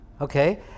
okay